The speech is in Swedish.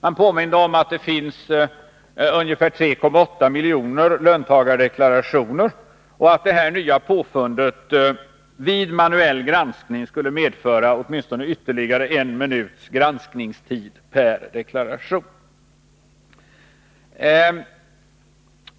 Man påminde om att det finns ungefär 3,8 miljoner löntagardeklarationer och att detta nya påfund vid manuell granskning skulle medföra åtminstone en minuts ytterligare granskningstid per deklaration.